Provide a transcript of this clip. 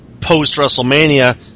post-WrestleMania